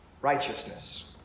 Righteousness